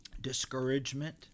discouragement